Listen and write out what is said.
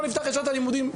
לא נפתח את שנת הלימודים.